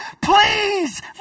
please